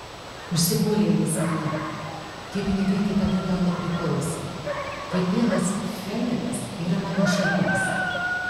užsipuolė jis mane tie pinigai niekada tau nepriklausė kiekvienas pfenigas yra mano šeimos